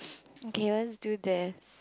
okay let's do this